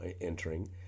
entering